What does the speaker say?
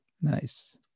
Nice